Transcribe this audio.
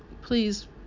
please